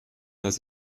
das